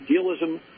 idealism